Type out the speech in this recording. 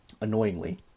annoyingly